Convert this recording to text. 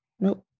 Nope